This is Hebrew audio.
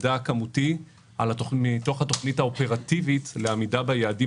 מידע כמותי מתוך התוכנית האופרטיבית לעמידה ביעדים